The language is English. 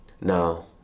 No